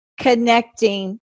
connecting